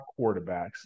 quarterbacks